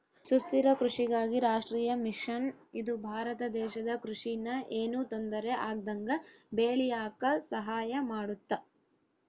ಸುಸ್ಥಿರ ಕೃಷಿಗಾಗಿ ರಾಷ್ಟ್ರೀಯ ಮಿಷನ್ ಇದು ಭಾರತ ದೇಶದ ಕೃಷಿ ನ ಯೆನು ತೊಂದರೆ ಆಗ್ದಂಗ ಬೇಳಿಯಾಕ ಸಹಾಯ ಮಾಡುತ್ತ